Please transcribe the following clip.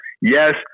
Yes